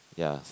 ya